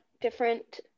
different